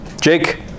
Jake